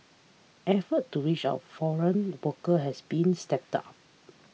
effort to reach out foreign worker has been stepped up